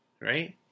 Right